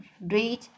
read